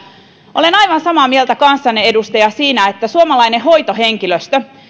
olen aivan samaa mieltä kanssanne siinä edustaja että suomalainen hoitohenkilöstö